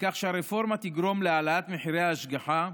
הרפורמה תגרום להעלאת מחירי ההשגחה,